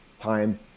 time